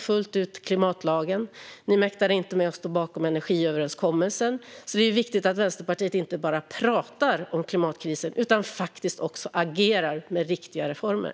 fullt ut stå bakom klimatlagen. Man mäktar inte med att stå bakom energiöverenskommelsen. Det är viktigt att Vänsterpartiet inte bara talar om klimatkrisen utan faktiskt också agerar genom riktiga reformer.